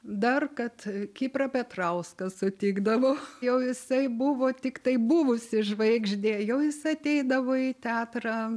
dar kad kiprą petrauską sutikdavau jau jisai buvo tiktai buvusi žvaigždė jau jis ateidavo į teatrą